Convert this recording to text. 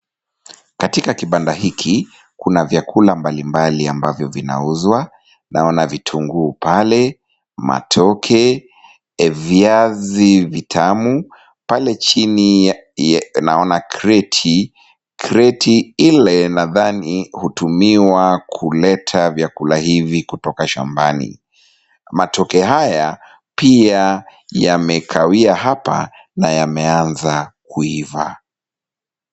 Katika kibanda hiki kuna vyakula mbalimbali ambavyo vinauzwa, naona vitunguu pale, matoke , viazi vitamu, pale chini naona kreti, kreti ile nadhani hutumiwa kuleta vyakula hizi kutoka shambani, matoke haya pia yamekawia hapa na yameanza kuiva.